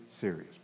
serious